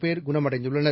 பேர் குணமடைந்துள்ளனர்